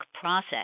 process